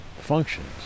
functions